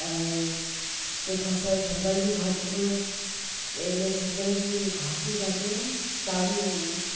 ऐं तंहिं खां सवाइ झंगल बि घाट हुयो ऐं इन झंगल जूं घाटियूं घाटियूं टारियूं हुयूं